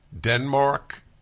Denmark